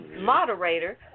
moderator